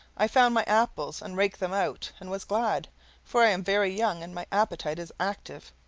i found my apples, and raked them out, and was glad for i am very young and my appetite is active.